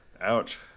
Ouch